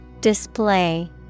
Display